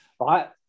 right